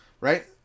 right